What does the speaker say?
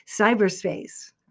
cyberspace